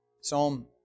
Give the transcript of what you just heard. Psalm